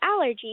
allergies